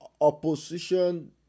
opposition